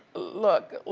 look,